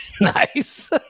Nice